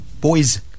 boys